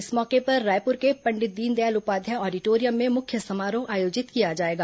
इस मौके पर रायपुर के पंडित दीनदयाल उपाध्याय ऑडिटोरियम में मुख्य समारोह आयोजित किया जाएगा